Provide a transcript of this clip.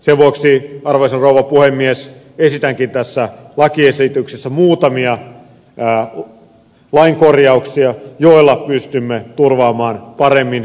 sen vuoksi arvoisa rouva puhemies esitänkin tässä lakiesityksessä muutamia lain korjauksia joilla pystymme turvaamaan paremmin vuokralaisten asemaa